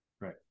right